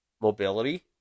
Mobility